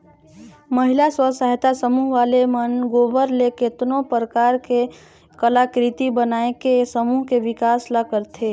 महिला स्व सहायता समूह वाले मन गोबर ले केतनो परकार के कलाकृति बनायके समूह के बिकास ल करथे